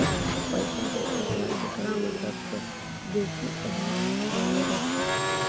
पैसा के खतरा एकरा मे सभ से बेसी अहम मानलो जाय छै